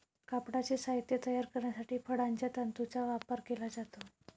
कापडाचे साहित्य तयार करण्यासाठी फळांच्या तंतूंचा वापर केला जातो